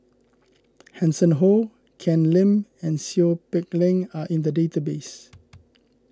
Hanson Ho Ken Lim and Seow Peck Leng are in the database